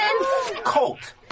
Colt